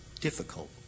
difficult